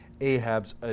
Ahab's